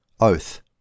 Oath